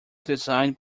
designed